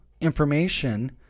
information